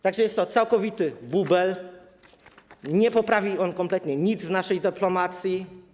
Tak że jest to całkowity bubel, nie poprawi on kompletnie nic w naszej dyplomacji.